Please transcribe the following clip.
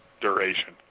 duration